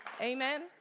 Amen